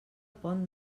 pont